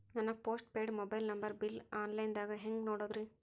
ನನ್ನ postpaid mobile number bill, online ದಾಗ ಹ್ಯಾಂಗ್ ನೋಡೋದ್ರಿ?